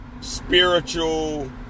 spiritual